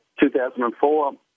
2004